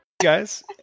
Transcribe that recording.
Guys